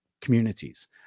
communities